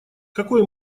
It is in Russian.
какой